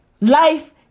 Life